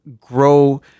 grow